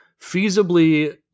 feasibly